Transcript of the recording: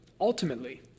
ultimately